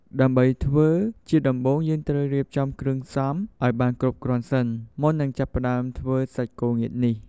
ដើម្បីធ្វើ ជាដំបូងយើងត្រូវរៀបចំគ្រឿងផ្សំឲ្យបានគ្រប់គ្រាន់សិន មុននឹងចាប់ផ្តើមធ្វើសាច់គោងៀតនេះ។